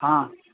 हा